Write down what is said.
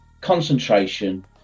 concentration